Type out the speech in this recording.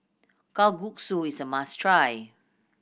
kalguksu is a must try